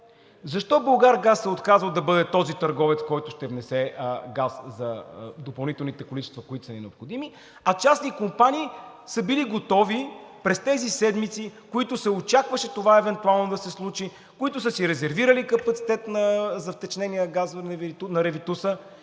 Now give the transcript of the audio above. защо „Булгаргаз“ се е отказал да бъде този търговец, който ще внесе газ за допълнителните количества, които са ни необходими, а частни компании са били готови през тези седмици, които се очакваше това евентуално да се случи, които са си резервирали капацитет за втечнения газ на Ревитуса,